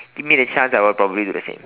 give me the chance and I will probably do the same